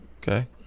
Okay